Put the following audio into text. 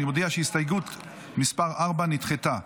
אני מודיע שהסתייגות מס' 4 נדחתה.